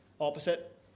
opposite